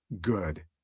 good